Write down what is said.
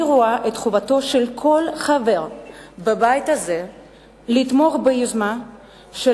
אני רואה את חובתו של כל חבר בבית הזה לתמוך ביוזמה של